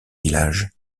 villages